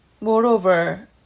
Moreover